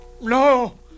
No